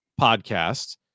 Podcast